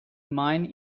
mine